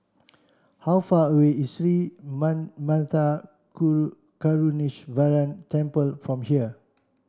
how far away is Sri Manmatha Karuneshvarar Temple from here